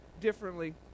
differently